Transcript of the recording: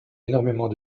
énormément